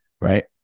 Right